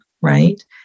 Right